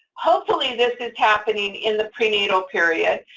hopefully, this is happening in the prenatal period.